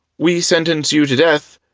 we sentence you to death,